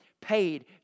paid